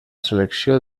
selecció